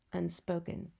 Unspoken